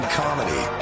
comedy